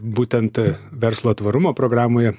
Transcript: būtent verslo tvarumo programoje